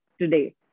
today